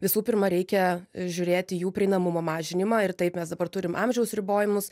visų pirma reikia žiūrėti jų prieinamumo mažinimą ir taip mes dabar turim amžiaus ribojimus